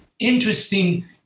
interesting